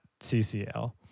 CCL